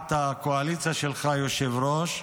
תחת הקואליציה שלך, היושב-ראש,